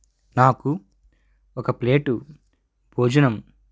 నాకు ఒక ప్లేటు భోజనం